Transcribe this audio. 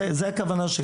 זו הכוונה שלי.